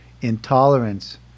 Intolerance